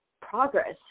progress